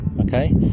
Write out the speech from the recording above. Okay